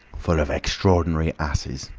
full of extra-ordinary asses,